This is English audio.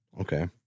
Okay